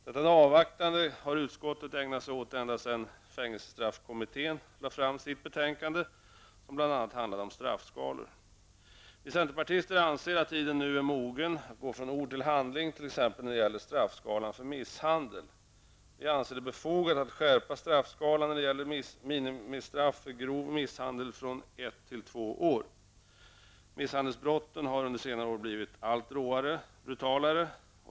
Detta avvaktande har utskottet ägnat sig åt ända sedan fängelsestraffkommittén lade fram sitt betänkande, som bl.a. handlade om straffskalor. Vi centerpartister anser att tiden nu är mogen att gå från ord till handling när det gäller t.ex. straffskalan för misshandel. Vi anser det befogat att skärpa straffskalan då det gäller minimistraff för grov misshandel från ett till två år. Misshandelsbrotten har under senare år blivit allt råare, allt brutalare.